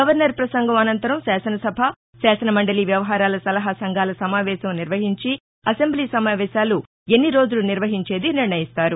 governor ప్రసంగం అనంతరం శాసనసభ శాసన మండలి వ్యవహారాల సలహా సంఘాల సమావేశం నిర్వహించి అసెంబ్లీ సమావేశాలు ఎన్ని రోజులు నిర్వహించేది నిర్ణయిస్తారు